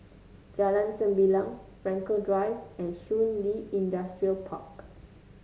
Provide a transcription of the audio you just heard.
Jalan Sembilang Frankel Drive and Shun Li Industrial Park